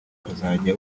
akazajya